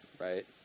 right